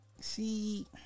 see